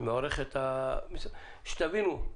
שתבינו,